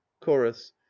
chorus